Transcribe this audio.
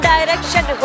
Direction